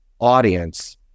audience